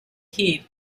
heat